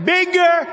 bigger